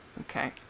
Okay